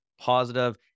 positive